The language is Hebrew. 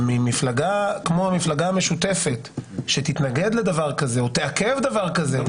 שממפלגה כמו המפלגה המשותפת שתתנגד לדבר כזה או תעכב דבר כזה?